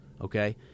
Okay